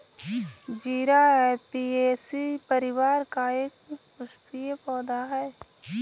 जीरा ऍपियेशी परिवार का एक पुष्पीय पौधा है